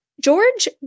George